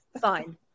Fine